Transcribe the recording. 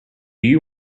you